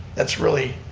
that's really,